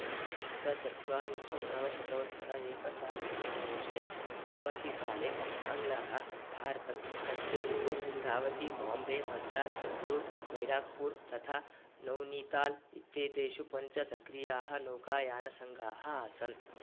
सप्तचत्वारिंशत् नवशतोत्तरैकसहस्रतमे वर्षे यावति काले आङ्ग्लाः भारतं तत्यजुः तावती बोम्बे मद्रास् बेङ्ग्ळूर् बैराग्पुर् तथा नैनीताल् इत्येतेषु पञ्च सक्रियाः नौकायानसङ्घाः आसन्